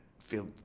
feel